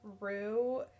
Rue